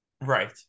Right